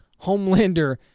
Homelander